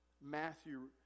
Matthew